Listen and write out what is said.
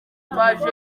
paji